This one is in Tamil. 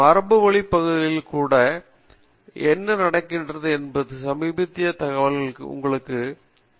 மரபுவழிப் பகுதிகளில் கூட என்ன நடக்கிறது என்பதைப் பற்றி சமீபத்திய தகவல்கள் உங்களுக்குத் தெரியும்